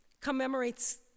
commemorates